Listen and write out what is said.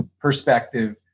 perspective